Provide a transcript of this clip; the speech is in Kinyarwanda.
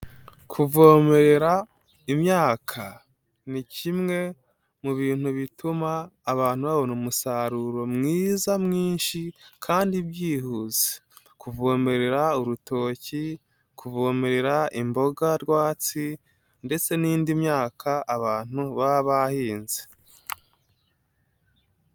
Kuvomerera imyaka ni kimwe mu bintu bituma abantu babona umusaruro mwiza mwinshi kandi byihuse, kuvomerera urutoki, kuvomerera imboga rwatsi ndetse n'indi myaka abantu baba bahinze.